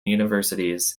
universities